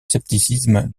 scepticisme